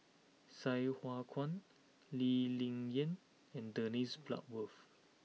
Sai Hua Kuan Lee Ling Yen and Dennis Bloodworth